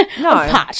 No